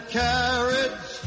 carriage